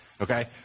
okay